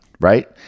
right